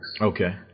Okay